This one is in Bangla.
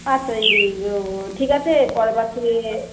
আচ্ছা দিদি ঠিক আছে পরের বার থেকে